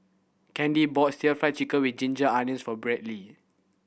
Candy bought Stir Fried Chicken With Ginger Onions for Bradley